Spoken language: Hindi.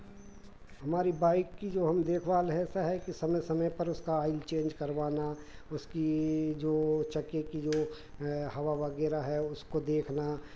हमारी बाइक की जो हम देखभाल है ऐसा है कि समय समय पर उसका ऑइल चेंज करवाना उसकी जो चक्के की जो हवा वगैरह है उसको देखना